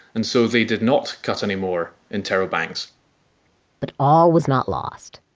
and so they did not cut anymore interrobangs but all was not lost!